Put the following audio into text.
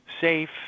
safe